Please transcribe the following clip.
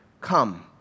come